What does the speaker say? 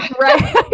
Right